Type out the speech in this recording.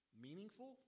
Meaningful